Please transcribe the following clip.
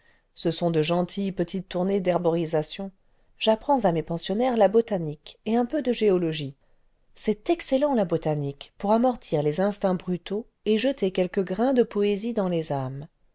ce sont de gentilles petites tournées d'herborisation j'apprends à mes pensionnaires la botanique et un peu cle géologie c'est excellent la botanique pour amortir les instincts brutaux et jeter quelques grains de poésie dans les âmes